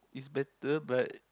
is better but